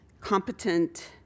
competent